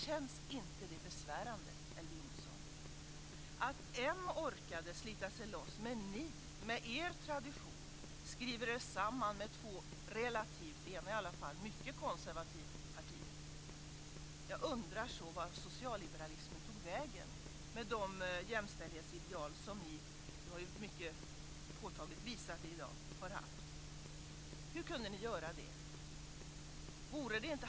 Känns det inte besvärande, Elver Jonsson, att ett parti orkade slita sig loss, men att ni mer er tradition skrev er samman med två relativt, ett i alla fall mycket, konservativt parti? Jag undrar så vart socialliberalismen tog vägen med de jämställdhetsideal som ni i dag mycket påtagligt visat att ni har haft. Hur kunde ni göra det?